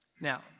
Now